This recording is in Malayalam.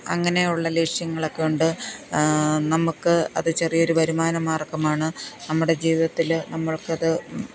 അങ്ങനെയുള്ള ലക്ഷ്യങ്ങളൊക്കെ ഉണ്ട് നമുക്ക് അത് ചെറിയൊരു വരുമാനമാര്ഗമാണ് നമ്മുടെ ജീവിതത്തിൽ നമ്മള്ക്ക് അത്